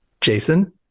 Jason